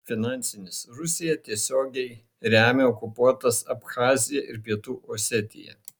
finansinis rusija tiesiogiai remia okupuotas abchaziją ir pietų osetiją